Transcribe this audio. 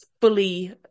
fully